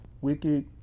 wicked